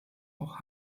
auch